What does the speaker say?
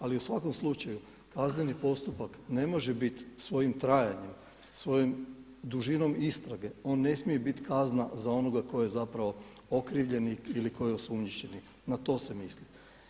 Ali u svakom slučaju kazneni postupak ne može biti svojim trajanjem, svojom dužinom istrage on ne smije biti kazna za onoga tko je zapravo okrivljeni ili tko je osumnjičeni, na to se misli.